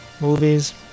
movies